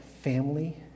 family